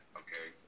okay